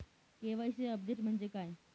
KYC update म्हणजे काय?